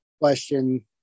question